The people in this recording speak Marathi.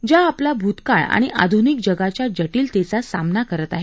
ज्या आपला भूतकाळ आणि आधुनिक जगाच्या जटिलतेचा सामना करत आहेत